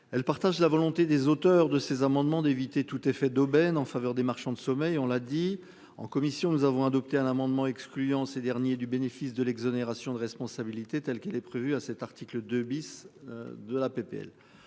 Elle partage la volonté des auteurs de ces amendements d'éviter tout effet d'aubaine en faveur des marchands de sommeil, on l'a dit en commission, nous avons adopté un amendement excluant ces derniers du bénéfice de l'exonération de responsabilité telle qu'elle est prévue à cet article 2 bis de la PPL,